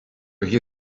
hear